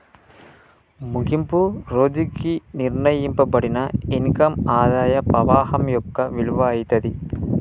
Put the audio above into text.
ముగింపు రోజుకి నిర్ణయింపబడిన ఇన్కమ్ ఆదాయ పవాహం యొక్క విలువ అయితాది